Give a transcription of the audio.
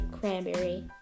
Cranberry